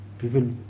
People